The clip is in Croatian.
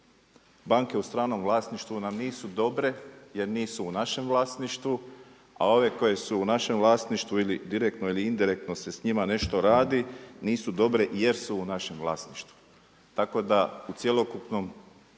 Banke u stranom vlasništvu nam nisu dobre jer nisu u našem vlasništvu a ove koje su u našem vlasništvu ili direktno ili indirektno se s njima nešto radi nisu dobre jer su u našem vlasništvu. Tako da u cjelokupnom